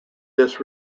this